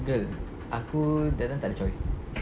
girl aku that time tak ada choice